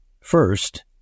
first